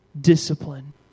discipline